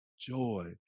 joy